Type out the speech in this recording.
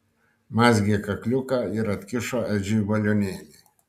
mazgė kakliuką ir atkišo edžiui balionėlį